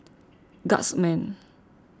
guardsman